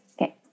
Okay